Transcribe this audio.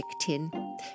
tin